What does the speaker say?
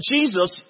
Jesus